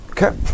Okay